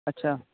اچھا